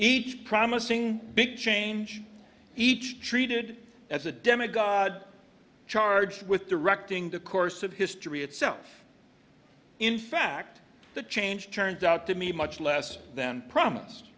each promising big change each treated as a demigod charged with directing the course of history itself in fact the change turns out to me much less than promise